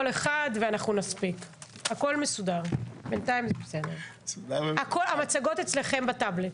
ואם תרצו אחר כך תשאלו שאלות.